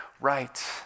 right